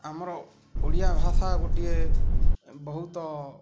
ଆମର ଓଡ଼ିଆ ଭାଷା ଗୋଟିଏ ବହୁତ